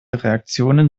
reaktionen